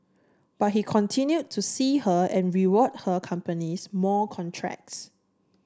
but he continued to see her and rewarded her companies more contracts